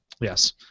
Yes